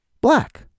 black